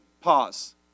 pause